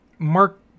Mark